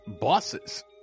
bosses